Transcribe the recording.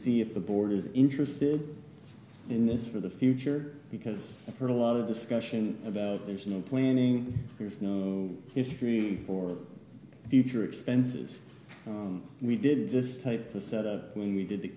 see if the board is interested in this for the future because i've heard a lot of discussion about there's no planning there's no history or did your expenses we did this type to set up when we did the